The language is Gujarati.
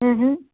અહ